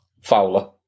Fowler